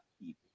people